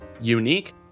Unique